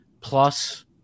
plus